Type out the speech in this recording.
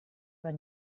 aber